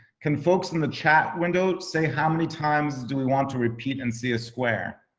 can folks in the chat window say how many times do we want to repeat and see a square?